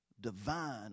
Divine